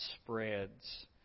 spreads